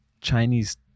Chinese